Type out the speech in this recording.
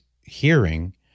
hearing